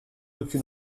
aucune